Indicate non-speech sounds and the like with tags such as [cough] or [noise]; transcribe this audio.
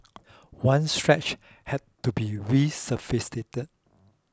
[noise] one stretch had to be resurfaced